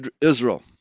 Israel